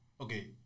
Okay